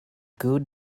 good